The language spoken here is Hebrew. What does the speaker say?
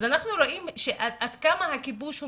אז אנחנו רואים עד כמה הכיבוש הוא